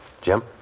Jim